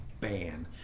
ban